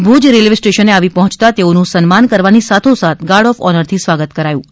Bhuj railway સ્ટેશને આવી પહોચતા તેઓનું સન્માન કરવાની સાથીસાથ ગાર્ડ ઓફ ઓનરથી સ્વાગત કરાયું હતું